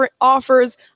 offers